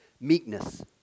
meekness